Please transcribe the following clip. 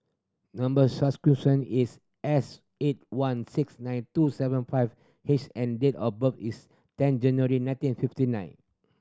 number is S eight one six nine two seven five H and date of birth is ten January nineteen fifty nine